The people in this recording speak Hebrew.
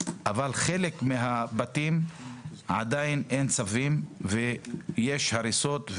אבל לחלק מהבתים עדיין אין צווים ויש הריסות,